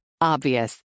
Obvious